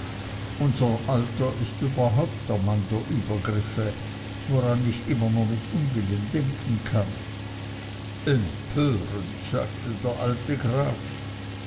unser alter ist überhaupt der mann der übergriffe woran ich immer nur mit unwillen denken kann empörend sagte der alte graf